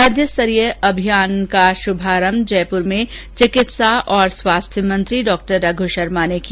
राज्यस्तरीय अभियान की शुरूआत जयपुर में चिकित्सा और स्वास्थ्य मंत्री डॉ रघ् शर्मा ने की